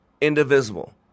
indivisible